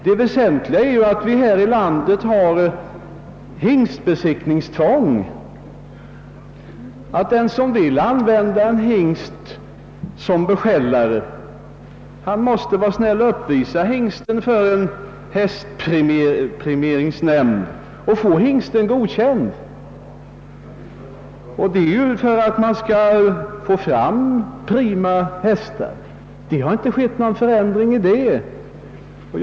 Det väsentliga är att vi har hingstbesiktningstvång här i landet, så att den som vill använda en hingst som beskällare måste uppvisa hingsten för en hästpremieringsnämnd för att få den godkänd. Avsikten är att få fram prima hästar, och det har inte skett någon förändring i detta avseende.